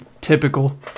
typical